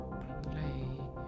play